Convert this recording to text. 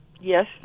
Yes